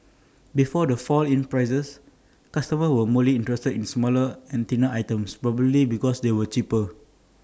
before the fall in prices customers were more interested in smaller and thinner items probably because they were cheaper